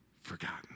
forgotten